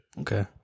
Okay